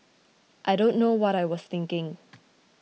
I don't know what I was thinking